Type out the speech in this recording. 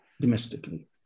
domestically